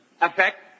effect